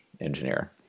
engineer